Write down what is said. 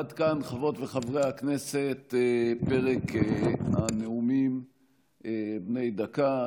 עד כאן, חברות וחברי הכנסת, פרק הנאומים בני דקה.